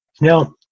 now